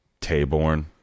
Tayborn